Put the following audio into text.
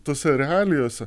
tose realijose